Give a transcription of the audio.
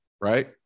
right